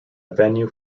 venue